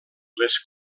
les